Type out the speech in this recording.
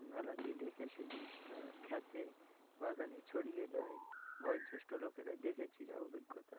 রেখে সেই জিনিসটা খেতে বাগানে ছড়িয়ে দেয় বয়োজ্যেষ্ঠ লোকেরা দেখেছি যা অভিজ্ঞতা